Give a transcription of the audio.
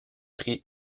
pris